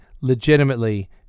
legitimately